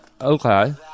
Okay